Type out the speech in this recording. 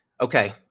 Okay